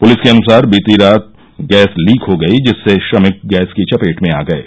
police के अनुसार बीती रात गैस लीक हो गई जिससे श्रमिक गैस की चपेट में आ गये